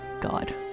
God